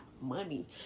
money